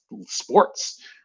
sports